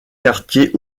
quartier